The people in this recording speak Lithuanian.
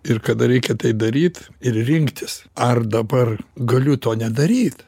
ir kada reikia tai daryt ir rinktis ar dabar galiu to nedaryt